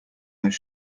there